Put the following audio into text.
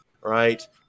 right